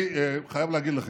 אני חייב להגיד לכן,